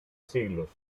siglos